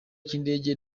cy’indege